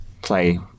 play